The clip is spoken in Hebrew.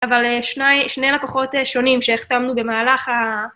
אבל שניים.. שני לקוחות שונים שהחתמנו במהלך ה...